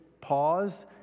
pause